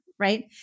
right